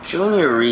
Junior